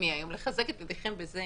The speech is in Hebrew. אופטימי היום ואני רוצה לחזק את ידיכם בזה